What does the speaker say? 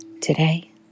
Today